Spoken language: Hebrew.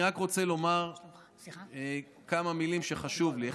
אני רק רוצה לומר כמה מילים שחשוב לי לומר.